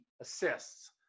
assists